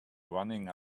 running